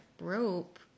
rope